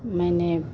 मैंने